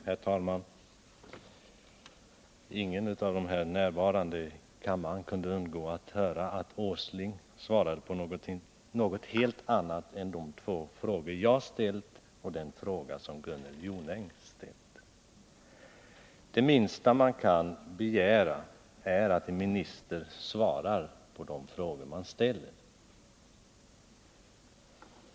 Herr talman! Ingen av de närvarande i kammaren kunde undgå att höra att Nils Åsling svarade på någonting helt annat än de två frågor jag ställt och den fråga Gunnel Jonäng ställt. Det minsta man kan begära är att en minister svarar på de frågor man ställer.